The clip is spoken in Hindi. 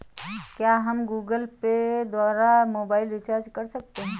क्या हम गूगल पे द्वारा मोबाइल रिचार्ज कर सकते हैं?